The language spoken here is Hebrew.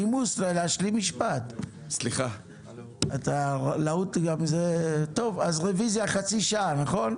נצביע על הרביזיה הזאת בשעה 09:40. חברת הכנסת סטרוק,